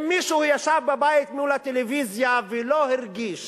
אם מישהו ישב בבית מול הטלוויזיה ולא הרגיש